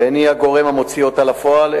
ואין היא הגורם המוציא אותם לפועל,